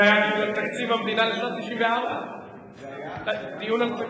זה היה דיון על תקציב המדינה לשנת 1994. דיון על,